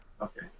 Okay